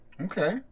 okay